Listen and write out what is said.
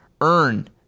earn